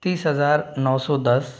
तीस हजार नौ सौ दस